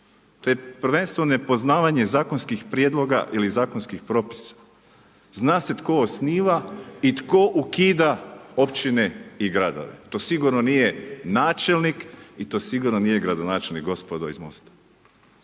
To je prvenstveno nepoznavanje zakonskih prijedloga ili zakonskih propisa. Zna se tko osniva, i tko ukida općine i gradove. To sigurno nije načelnik i to sigurno nije gradonačelnik, gospodo iz MOST-a.